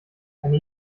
eine